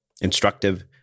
instructive